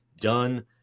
done